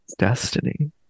Destiny